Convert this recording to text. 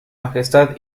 majestad